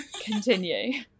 continue